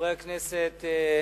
חברי הכנסת,